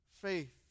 faith